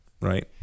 Right